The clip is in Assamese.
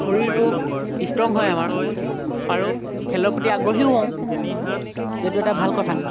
শৰীৰটো ইষ্ট্ৰং হয় আমাৰ আৰু খেলৰ প্ৰতি আগ্ৰহীও হওঁ এইটো এটা ভাল কথা